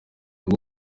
rwo